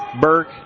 Burke